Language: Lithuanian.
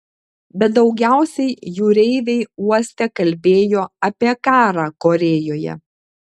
bet daugiausiai jūreiviai uoste kalbėjo apie karą korėjoje